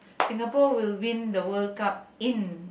Singapore will win the World Cup in